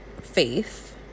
faith